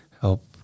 help